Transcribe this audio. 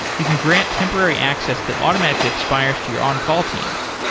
you can grant temporary access that automatically expires to your on-call teams.